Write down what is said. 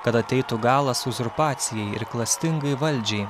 kad ateitų galas uzurpacijai ir klastingai valdžiai